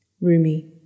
Rumi